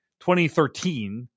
2013